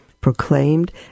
proclaimed